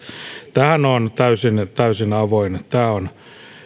tämähän on täysin avoin mutta tämä on